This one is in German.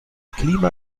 klima